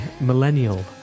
millennial